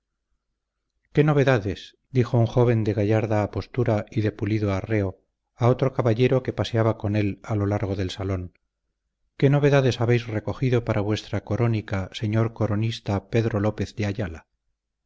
qué novedades dijo un joven de gallarda apostura y de pulido arreo a otro caballero que paseaba con él a lo largo del salón qué novedades habéis recogido para vuestra corónica señor coronista pedro lópez de ayala